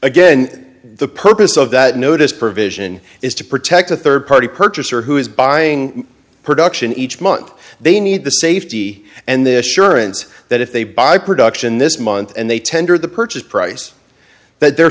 again the purpose of that notice provision is to protect a third party purchaser who is buying production each month they need the safety and this surance that if they buy production this month and they tender the purchase price that they're